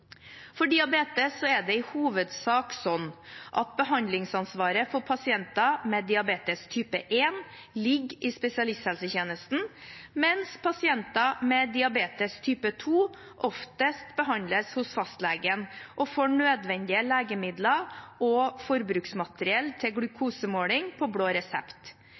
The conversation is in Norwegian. diabetes. For diabetes er det i hovedsak slik at behandlingsansvaret for pasienter med diabetes type 1 ligger i spesialisthelsetjenesten, mens pasienter med diabetes type 2 oftest behandles hos fastlegen og får nødvendige legemidler og forbruksmateriell til glukosemåling på blå resept.